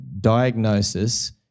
diagnosis